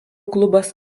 klubas